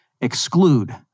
Exclude